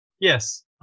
Yes